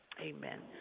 Amen